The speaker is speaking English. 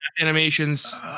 animations